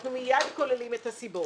אנחנו מיד כוללים את הסיבות